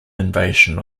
invasion